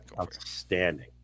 Outstanding